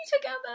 together